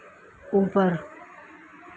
ऊपर